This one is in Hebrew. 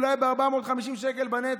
אולי ב-450 שקל בנטו,